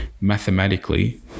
mathematically